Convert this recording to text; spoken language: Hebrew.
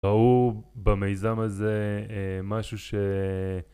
ראו במיזם הזה משהו ש...